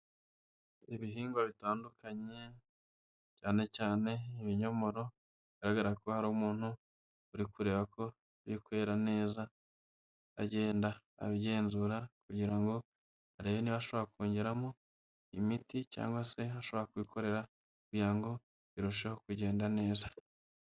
Ibihingwa bitandukanye cyane cyane ibinyomoro, bigaragara ko hari umuntu uri kureba ko biri kwera neza, agenda abigenzura kugira ngo arebe niba bishobora kongeramo imiti cyangwa se ashobora kubikorera kugira ngo birusheho kugenda neza.